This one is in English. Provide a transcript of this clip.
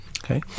Okay